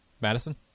madison